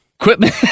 Equipment